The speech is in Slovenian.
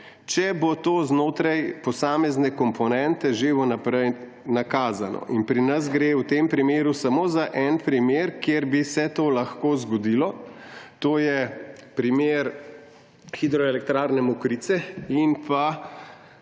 če bo to znotraj posamezne komponente že vnaprej nakazano. In pri nas gre v tem primeru samo za en primer, kjer bi se to lahko zgodilo. To je primer hidroelektrarne Mokrice in